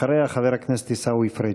אחריה, חבר הכנסת עיסאווי פריג',